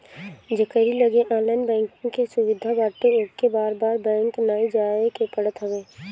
जेकरी लगे online banking के सुविधा बाटे ओके बार बार बैंक नाइ जाए के पड़त हवे